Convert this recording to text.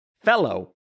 fellow